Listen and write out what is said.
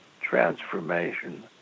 transformation